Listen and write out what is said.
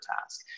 task